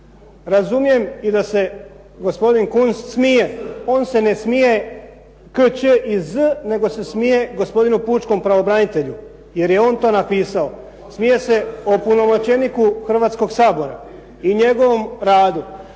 Razumijem i da se gospodin Kunst smije. On se ne smije k, č i z, nego se smije gospodinu pučkog pravobranitelju jer je on to napisao. Smije se opunomoćeniku Hrvatskoga sabora i njegovom radu.